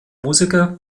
musiker